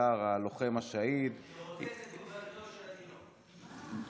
קונטאר "הלוחם השהיד" לרוצץ את גולגלתו של התינוק,